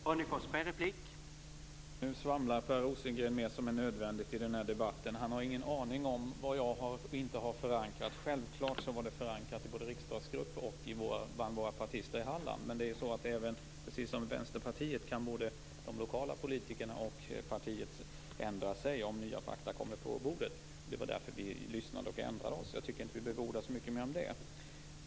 Herr talman! Nu svamlar Per Rosengren mer än nödvändigt i den här debatten. Han har ingen aning om vad jag har och inte har förankrat. Självklart var det här förankrat både i riksdagsgruppen och bland miljöpartisterna i Halland. Men precis som Vänsterpartiet kan både de lokala politikerna och partiet ändra sig om nya fakta kommer på bordet. Det var därför vi lyssnade och ändrade oss. Jag tycker inte att vi behöver orda så mycket mer om det.